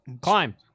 climb